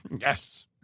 Yes